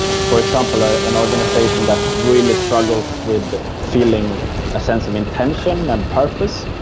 for example, an organisation that really struggles with feeling a sense of intention and purpose,